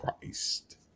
Christ